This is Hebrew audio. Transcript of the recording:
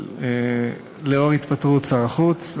לאור התפטרות שר החוץ.